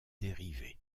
dérivées